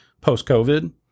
post-COVID